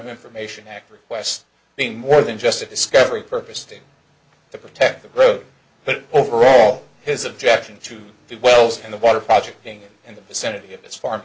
information act request being more than just a discovery purpose to protect the road but overall his objection to the wells and the water project being in the vicinity of this farm